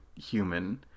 human